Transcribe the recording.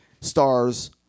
stars